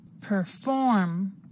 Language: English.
Perform